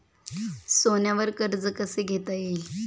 सोन्यावर कर्ज कसे घेता येईल?